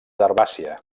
herbàcia